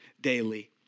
daily